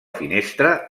finestra